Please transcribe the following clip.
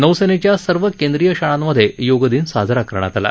नौसेनेच्या सर्व केंद्रीय शाळांमधे योगदिन साजरा करण्यात आला